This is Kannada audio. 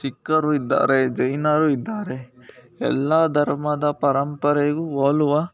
ಸಿಕ್ಕರು ಇದ್ದಾರೆ ಜೈನರು ಇದ್ದಾರೆ ಎಲ್ಲ ಧರ್ಮದ ಪರಂಪರೆಗೂ ಹೋಲುವ